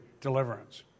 deliverance